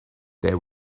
there